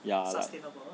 ya lah